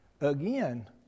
again